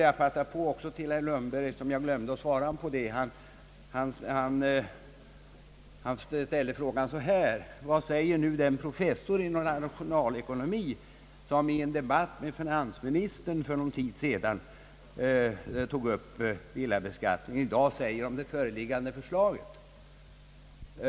Jag vill också passa på att svara på herr Lundbergs fråga som löd: Vad säger i dag den professor i nationalekonomi, som i en debatt med finansministern för någon tid sedan tog upp villabeskattningen, om det här förslaget?